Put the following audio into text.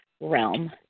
realm